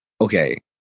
Okay